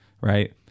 right